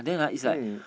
mm